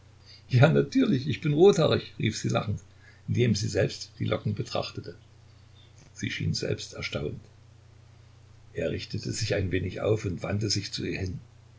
ja natürlich ich bin rothaarig rief sie lachend indem sie selbst die locke betrachtete sie schien selbst erstaunt er richtete sich ein wenig auf und wandte sich zu ihr hin